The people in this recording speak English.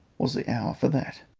was the hour for that.